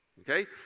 Okay